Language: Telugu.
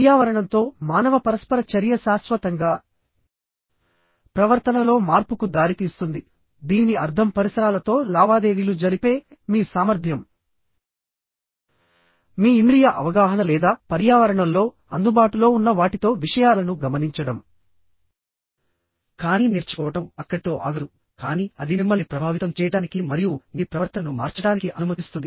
పర్యావరణంతో మానవ పరస్పర చర్య శాశ్వతతంగా ప్రవర్తనలో మార్పుకు దారితీస్తుంది దీని అర్థం పరిసరాలతో లావాదేవీలు జరిపే మీ సామర్థ్యం మీ ఇంద్రియ అవగాహన లేదా పర్యావరణం లో అందుబాటులో ఉన్న వాటితో విషయాలను గమనించడం కానీ నేర్చుకోవడం అక్కడితో ఆగదు కానీ అది మిమ్మల్ని ప్రభావితం చేయడానికి మరియు మీ ప్రవర్తన ను మార్చడానికి అనుమతిస్తుంది